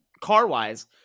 car-wise